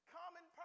common